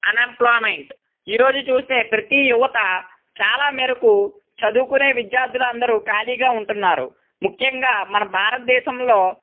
unemployment ఈరోజు చూస్తే ప్రతి యువత చాలా మేరకు చదువుకుని విద్యార్థులు అందరు ఖాళీగా ఉంటున్నారు ముఖ్యంగా మన భారత దేశంలో